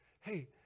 hey